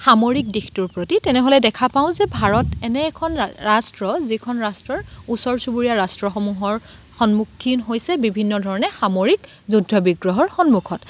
সামৰিক দিশটোৰ প্ৰতি তেনেহ'লে দেখা পাওঁ যে ভাৰত এনে এখন ৰাষ্ট্ৰ যিখন ৰাষ্ট্ৰৰ ওচৰ চুবুৰীয়া ৰাষ্ট্ৰসমূহৰ সন্মুখীন হৈছে বিভিন্ন ধৰণে সামৰিক যুদ্ধ বিগ্ৰহৰ সন্মুখত